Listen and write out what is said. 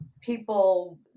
people